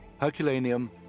Herculaneum